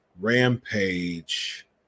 Rampage